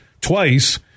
twice